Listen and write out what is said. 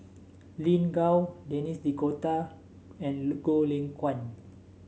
Lin Gao Denis D'Cotta and Goh Lay Kuan